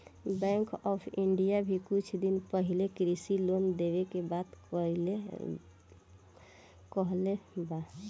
bank of India भी कुछ दिन पाहिले कृषि लोन देवे के बात कहले बा